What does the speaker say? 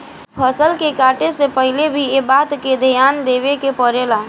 फसल के काटे से पहिले भी एह बात के ध्यान देवे के पड़ेला